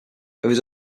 his